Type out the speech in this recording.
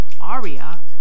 Aria